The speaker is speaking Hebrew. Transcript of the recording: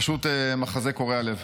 פשוט מחזה קורע לב.